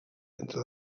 entre